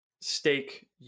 stake